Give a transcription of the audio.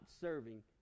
serving